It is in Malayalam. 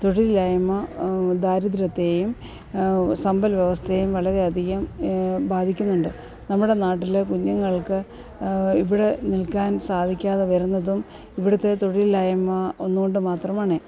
തൊഴിലില്ലായ്മ ദാരിദ്ര്യത്തെയും സമ്പത് വ്യവസ്ഥയെയും വളരെഅധികം ബാധിക്കുന്നുണ്ട് നമ്മുടെ നാട്ടിലെ കുഞ്ഞുങ്ങൾക്ക് ഇവിടെ നിൽക്കാൻ സാധിക്കാതെ വരുന്നതും ഇവിടുത്തെ തൊഴിലില്ലായ്മ ഒന്നുകൊണ്ടു മാത്രമാണ്